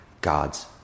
God's